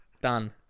Done